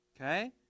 Okay